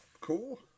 Cool